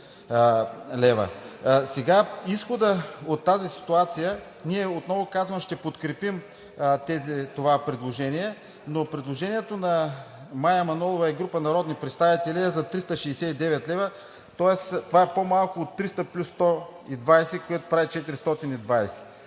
лв. Изходът от тази ситуация – ние, отново казвам, че ще подкрепим това предложение, но предложението на Мая Манолова и група народни представители е 369 лв., тоест това е по-малко от 300 плюс 120 лв., което прави 420